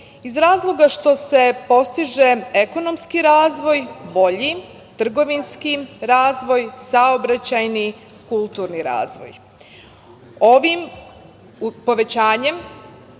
iz razloga što se postiže ekonomski razvoj, bolji trgovinski razvoj, saobraćajni, kulturni razvoj. Ovim povećanjem